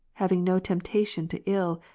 having no temptation to ill,